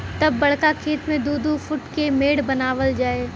तब बड़का खेत मे दू दू फूट के मेड़ बनावल जाए